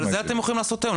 אבל זה אתם יכולים לעשות היום,